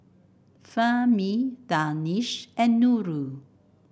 Fahmi Danish and Nurul